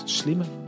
slimme